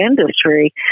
industry